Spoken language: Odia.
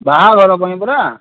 ବାହାଘର ପାଇଁ ପରା